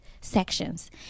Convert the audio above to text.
sections